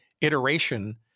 iteration